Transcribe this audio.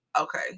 okay